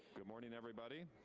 good morning, everybody.